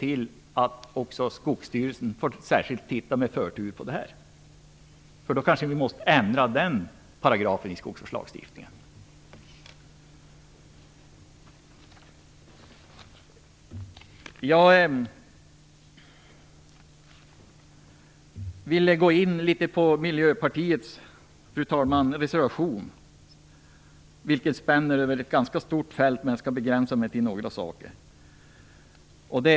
Då får också Skogsstyrelsen med förtur titta särskilt på detta, och sedan måste vi kanske ändra den paragrafen i skogsvårdslagstiftningen. Fru talman! Jag vill gå in på Miljöpartiets reservation. Den spänner över ett ganska stort fält, men jag skall begränsa mig till några saker.